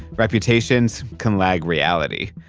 reputations can lag reality.